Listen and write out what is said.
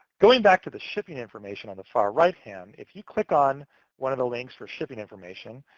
going back to the shipping information on the far-right hand, if you click on one of the links for shipping information,